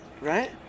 right